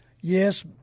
Yes